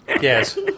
Yes